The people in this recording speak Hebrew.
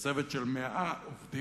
לצוות של 100 עובדים.